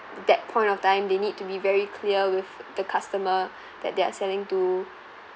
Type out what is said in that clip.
that point of time they need to be very clear with the customer that they're selling to